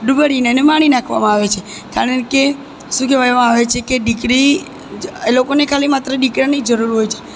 ડૂબાડીને એને મારી નાખવામાં આવે છે કારણ કે શું કહેવામાં આવે છે કે દીકરી એ લોકોને ખાલી માત્ર દીકરાની જરૂર હોય છે